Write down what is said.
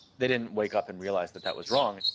they didn't wake up and realize that that was wrong.